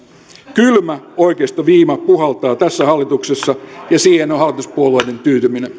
kylmä oikeistoviima puhaltaa tässä hallituksessa ja siihen on hallituspuolueiden tyytyminen